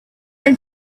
from